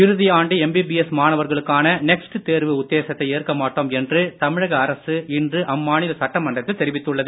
இறுதி ஆண்டு எம்பிபிஎஸ் மாணவர்களுக்கான நெக்ஸ்ட் தேர்வு உத்தேசத்தை ஏற்க மாட்டோம் என்று தமிழக அரசு இன்று அம்மாநில சட்டமன்றத்தில் தெரிவித்துள்ளது